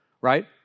right